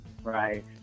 Right